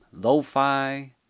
Lo-Fi